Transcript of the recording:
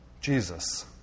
Jesus